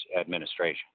administration